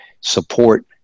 support